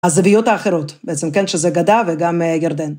‫הזוויות האחרות, בעצם כן, ‫שזה גדה וגם ירדן.